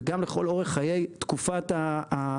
וגם לכל אורך חיי תקופת הפעולה,